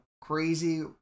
crazy